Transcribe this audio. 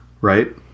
right